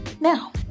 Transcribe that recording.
now